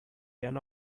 than